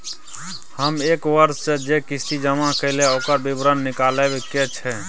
हम एक वर्ष स जे किस्ती जमा कैलौ, ओकर विवरण निकलवाबे के छै?